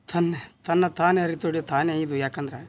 ತನ್ನ ತನ್ನ ತಾನೇ ಅರಿತೊಡೆ ತಾನೇ ಇದು ಯಾಕೆಂದ್ರೆ